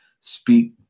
speak